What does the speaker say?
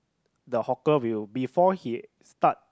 the hawker will before he start